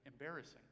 embarrassing